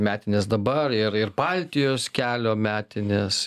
metinės dabar ir ir baltijos kelio metinės